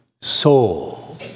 soul